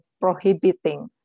prohibiting